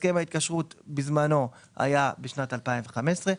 הסכם ההתקשרות בזמנו היה בשנת 2015,